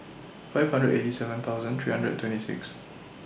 five hundred eighty seven thousand three hundred twenty six